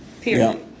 period